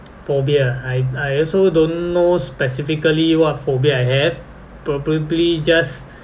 phobia I I also don't know specifically what phobia I have probably just